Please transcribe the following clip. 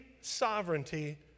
sovereignty